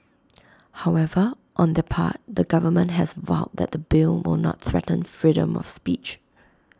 however on their part the government has vowed that the bill will not threaten freedom of speech